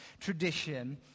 tradition